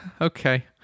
okay